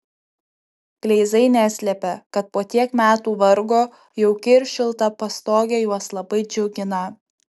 kleizai neslepia kad po tiek metų vargo jauki ir šilta pastogė juos labai džiugina